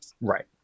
Right